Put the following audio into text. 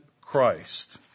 Christ